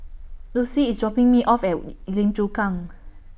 Lucie IS dropping Me off At Wu Lim Chu Kang